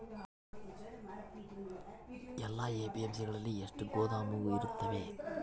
ಎಲ್ಲಾ ಎ.ಪಿ.ಎಮ್.ಸಿ ಗಳಲ್ಲಿ ಎಷ್ಟು ಗೋದಾಮು ಇರುತ್ತವೆ?